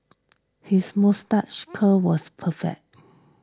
his moustache curl was perfect